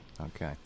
okay